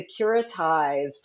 securitized